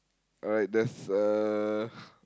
alright there's a